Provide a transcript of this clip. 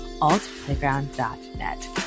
altplayground.net